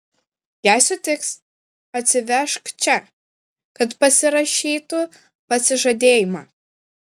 jei sutiks atsivežk čia kad pasirašytų pasižadėjimą